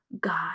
God